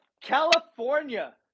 California